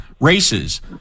races